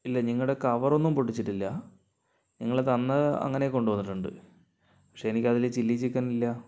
ഇല്ല നിങ്ങളുടെ കവറൊന്നും പൊട്ടിച്ചിട്ടില്ല നിങ്ങൾ തന്നത് അങ്ങനയെ കൊണ്ടുവന്നിട്ടുണ്ട് പക്ഷേ എനിക്കതിൽ ചില്ലി ചിക്കൻ ഇല്ല